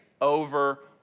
over